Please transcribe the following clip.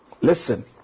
Listen